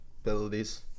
abilities